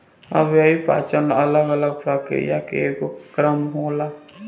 अव्ययीय पाचन अलग अलग प्रक्रिया के एगो क्रम होला